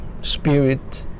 spirit